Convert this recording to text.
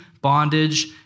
bondage